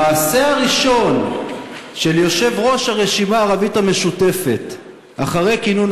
המעשה הראשון של יושב-ראש הרשימה הערבית המשותפת אחרי כינון